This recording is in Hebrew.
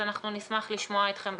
אנחנו נשמח לשמוע אתכם.